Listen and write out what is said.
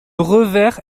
revers